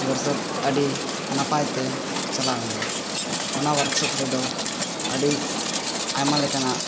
workshop ᱟᱹᱰᱤ ᱱᱟᱯᱟᱭᱛᱮ ᱪᱟᱞᱟᱣᱮᱱᱟ ᱚᱱᱟ ᱚᱣᱟᱨᱠᱥᱚᱯ ᱨᱮᱫᱚ ᱟᱹᱰᱤ ᱟᱭᱢᱟ ᱞᱮᱠᱟᱱᱟᱜ